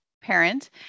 parent